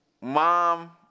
mom